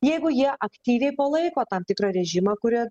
jeigu jie aktyviai palaiko tam tikrą režimą kurie